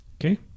Okay